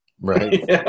Right